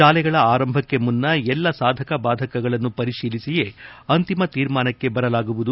ಶಾಲೆಗಳ ಆರಂಭಕ್ಕೆ ಮುನ್ನ ಎಲ್ಲಾ ಸಾಧಕ ಬಾಧಕಗಳನ್ನು ಪರಿಶೀಲಿಸಿಯೇ ಅಂತಿಮ ತೀರ್ಮಾನಕ್ಕೆ ಬರಲಾಗುವುದು